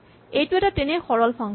এইটো এটা তেনেই সৰল ফাংচন